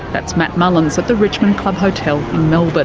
that's matt mullins at the richmond club hotel you know but